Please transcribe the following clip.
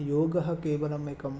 योगः केवलम् एकं